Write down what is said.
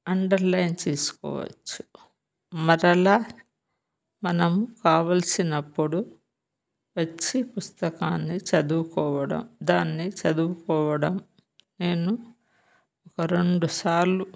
underline చేసుకోవచ్చు మరలా మనం కావల్సినప్పుడు వచ్చి పుస్తకాన్ని చదువుకోవడం దాన్ని చదువుకోవడం నేను ఒక రెండు సార్లు